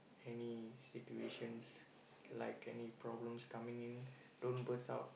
any situations like any problems coming in don't burst out